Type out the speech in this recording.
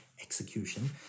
execution